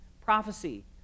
prophecy